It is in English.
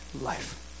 life